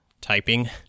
typing